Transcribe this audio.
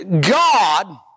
God